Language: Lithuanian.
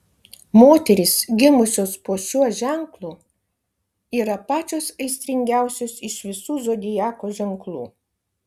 moterys gimusios po šiuo ženklu yra pačios aistringiausios iš visų zodiako ženklų